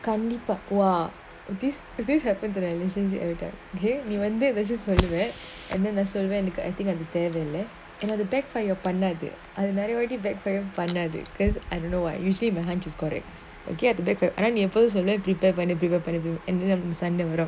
this this happens when I listen to you everytime okay you must make necessarily bad and then after that என்னோட:ennoda backfire பண்ணாது:pannathu backfire பண்ணாது:pannathu cause I don't know why usually my hunch is correct okay I have to backfire I have to suppose let people tell me and then the people tell me and then in front it was wrong